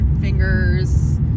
fingers